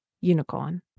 Unicorn